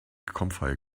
comfy